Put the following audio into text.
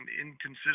inconsistent